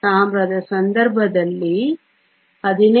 ತಾಮ್ರದ ಸಂದರ್ಭದಲ್ಲಿ 15